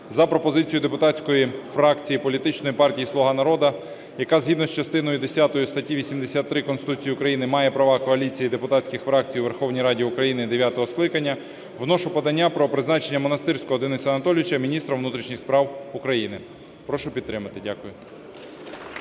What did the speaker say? за пропозицією депутатської фракції політичної партії "Слуга народу", яка згідно з частиною 10 статті 83 Конституції України має права коаліції депутатських фракцій у Верховній Раді України дев'ятого скликання, вношу подання про призначення Монастирського Дениса Анатолійовича міністром внутрішніх справ України. Прошу підтримати. Дякую.